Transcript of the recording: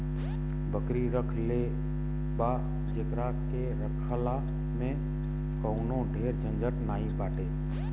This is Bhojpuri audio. बकरी रख लेत बा जेकरा के रखला में कवनो ढेर झंझट नाइ बाटे